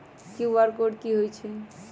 QR code कि हई छई?